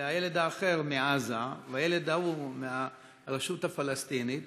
והילד האחר מעזה, והילד ההוא מהרשות הפלסטינית,